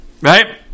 Right